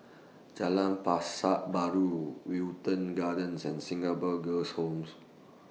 Jalan Pasar Baru Wilton Gardens and Singapore Girls' Home